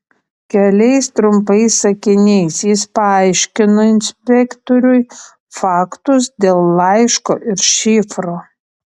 keliais trumpais sakiniais jis paaiškino inspektoriui faktus dėl laiško ir šifro